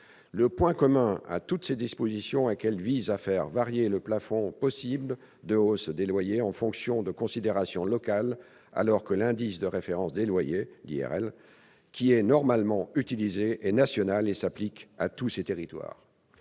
Le point commun à toutes ces dispositions est qu'elles visent à faire varier le plafond de hausse des loyers en fonction de considérations locales, alors que l'indice de référence des loyers utilisé est national et s'applique à tous ces territoires.